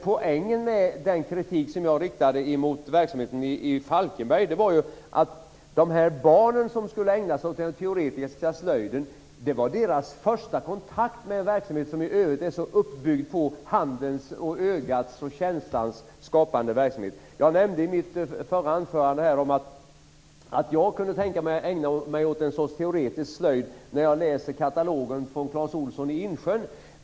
Poängen med den kritik som jag riktade mot verksamheten i Falkenberg var att för de barn som skulle ägna sig åt den teoretiska slöjden var detta den första kontakten med en verksamhet som i övrigt är så uppbyggd på handens, ögats och känslans skapande verksamhet. Jag nämnde i mitt förra anförande att jag kunde tänka mig att ägna mig åt en sorts teoretisk slöjd när jag läser katalogen från Clas Ohlson i Insjön.